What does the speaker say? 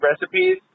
recipes